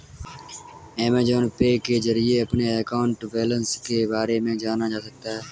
Amazon pay के जरिए अपने अकाउंट बैलेंस के बारे में जाना जा सकता है